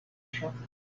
shopping